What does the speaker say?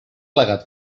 plegat